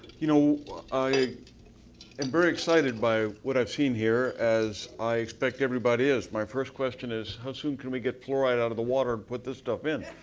you know and very excited by what i've seen here as i expect everybody is. my first question is, how soon can we get fluoride out of the water and put this stuff in?